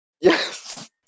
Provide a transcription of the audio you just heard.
yes